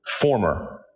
former